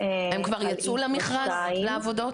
אינפרה 2. הם כבר יצאו למכרז לעבודות?